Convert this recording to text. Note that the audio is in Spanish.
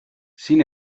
sin